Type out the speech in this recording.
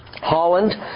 Holland